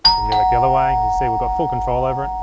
can go back the other way. as you see, we've got full control over it.